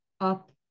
up